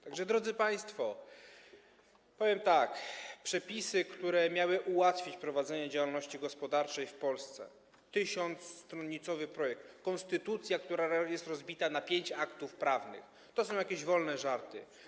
Tak że, drodzy państwo, powiem tak: Przepisy, które miały ułatwić prowadzenie działalności gospodarczej w Polsce - 1 tys. stron projektu, konstytucja, która jest rozbita na pięć aktów prawnych, to są jakieś wolne żarty.